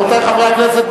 רבותי חברי הכנסת,